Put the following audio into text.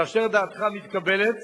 כאשר דעתך מתקבלת